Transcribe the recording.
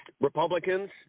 Republicans